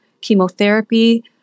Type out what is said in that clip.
chemotherapy